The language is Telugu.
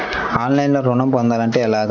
ఆన్లైన్లో ఋణం పొందాలంటే ఎలాగా?